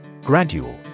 Gradual